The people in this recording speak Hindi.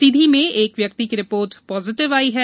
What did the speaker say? सीधी में एक व्यक्ति की रिपोर्ट पॉजिटिव आई है